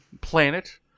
planet